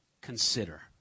Consider